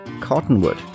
Cottonwood